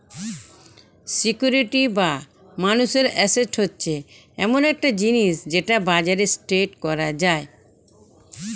security বা মানুষের asset হচ্ছে এমন একটা জিনিস যেটা বাজারে ট্রেড করা যায়